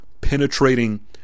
penetrating